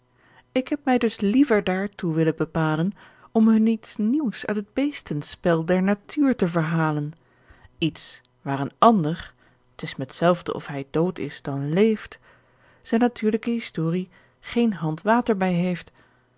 ik heb my dus liever daartoe willen bepalen de schoolmeester de gedichten van den schoolmeester om hun iets nieuws uit het beestenspel der natuur te verhalen iets waar een ander t is me t zelfde of hy dood is dan leeft zijn natuurlijke historie geen hand water by heeft